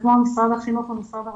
כמו משרד החינוך ומשרד הרווחה,